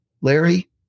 Larry